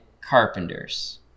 carpenters